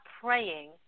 praying